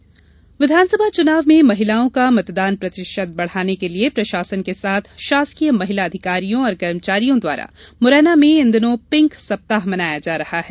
मतदान जागरूकता विधानसभा चुनाव में महिलाओं का मतदान प्रतिशत बढाने के लिये प्रशासन के साथ शासकीय महिला अधिकारियों और कर्मचारियों द्वारा मुरैना में इन दिनों पिंक सप्ताह मनाया जा रहा है